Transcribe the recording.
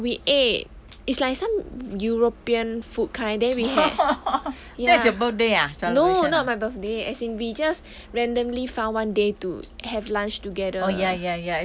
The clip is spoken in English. err we ate it's like some european food kind then we had no not my birthday as in we just randomly found one day to have lunch together